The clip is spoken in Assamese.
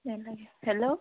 হেল্ল'